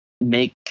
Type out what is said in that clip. make